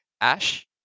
Ash